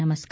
नमस्कार